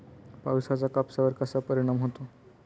पावसाचा कापसावर कसा परिणाम होतो?